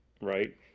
Right